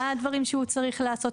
מה הדברים שהוא צריך לעשות.